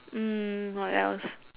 mm what else